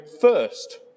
first